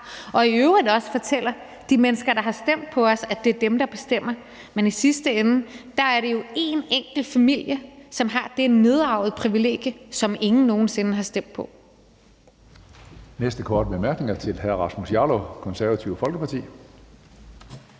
i øvrigt også de mennesker, der har stemt på os, at det er dem, der bestemmer. Men i sidste ende er det jo én enkelt familie, som har det nedarvede privilegie, og som ingen nogen sinde har stemt på.